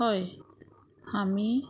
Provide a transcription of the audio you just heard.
हय आमी